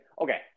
okay